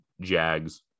Jags